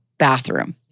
bathroom